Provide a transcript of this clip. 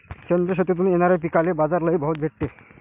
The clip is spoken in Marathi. सेंद्रिय शेतीतून येनाऱ्या पिकांले बाजार लई भाव भेटते